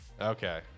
Okay